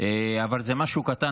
אבל זה משהו קטן,